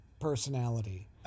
personality